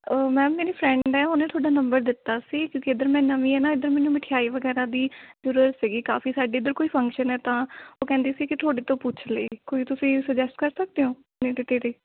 ma'am ਮੇਰੀ friend ਹੈ ਉਹਨੇ ਤੁਹਾਡਾ ਨੰਬਰ ਦਿੱਤਾ ਸੀ ਕਿਉਂਕਿ ਇੱਧਰ ਮੈਂ ਨਵੀਂ ਆ ਨਾ ਇੱਧਰ ਮੈਨੂੰ ਮਠਿਆਈ ਵਗੈਰਾ ਦੀ ਜ਼ਰੂਰਤ ਸੀਗੀ ਕਾਫ਼ੀ ਸਾਡੇ ਇੱਧਰ ਕੋਈ ਫੰਕਸ਼ਨ ਹੈ ਤਾਂ ਉਹ ਕਹਿੰਦੀ ਸੀ ਕਿ ਤੁਹਾਡੇ ਤੋਂ ਪੁੱਛ ਲਏ ਕੋਈ ਤੁਸੀਂ ਸੁਜੈਸਟ ਕਰ ਸਕਦੇ ਹੋ ਨੇੜੇ ਤੇੜੇ